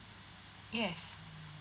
yes